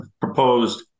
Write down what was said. proposed